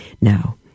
Now